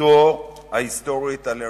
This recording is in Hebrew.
זכותו ההיסטורית על ארץ-ישראל,